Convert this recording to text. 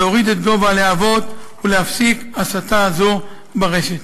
להוריד את גובה הלהבות ולהפסיק הסתה זו ברשת.